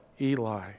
Eli